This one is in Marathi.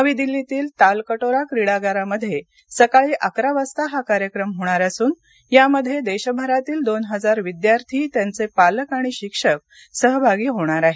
नवी दिल्लीतील तालकटोरा क्रीडागारामध्ये सकाळी अकरा वाजता हा कार्यक्रम होणार असून यामध्ये देशभरातील दोन हजार विद्यार्थी त्यांचे पालक आणि शिक्षक सहभागी होणार आहेत